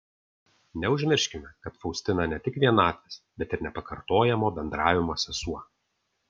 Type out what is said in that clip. neužmirškime kad faustina ne tik vienatvės bet ir nepakartojamo bendravimo sesuo